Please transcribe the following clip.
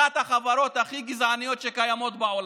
אחת החברות הכי גזעניות שקיימות בעולם.